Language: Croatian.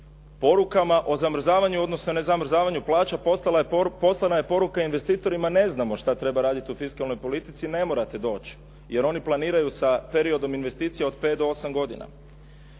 Porukama o zamrzavanju odnosno ne zamrzavanju plaća poslana je poruka investitorima ne znamo što treba radit u fiskalnoj politici, ne morate doći. Jer oni planiraju sa periodom investicija od 5 do 8 godina.